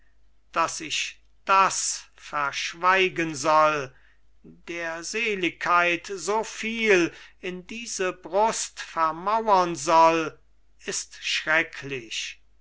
daß ich das verschweigen soll der seligkeit soviel in diese brust vermauern soll ist schrecklich